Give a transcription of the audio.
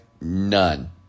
None